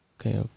Okay